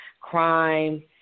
crime